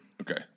Okay